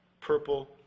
purple